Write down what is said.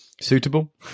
Suitable